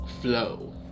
flow